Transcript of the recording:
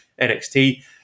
NXT